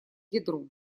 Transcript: ядро